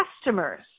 customers